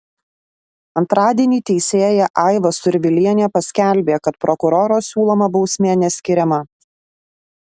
antradienį teisėja aiva survilienė paskelbė kad prokuroro siūloma bausmė neskiriama